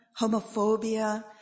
homophobia